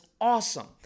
awesome